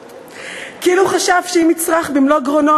כאילו חשב שאם יצרח במלוא גרונו,